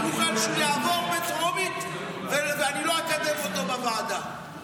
אני מוכן שהוא יעבור בטרומית ואני לא אקדם אותו בוועדה,